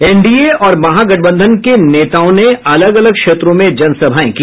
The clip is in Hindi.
एनडीए और महागठबंधन के नेताओं ने अलग अलग क्षेत्रों में जनसभाएं की